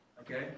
okay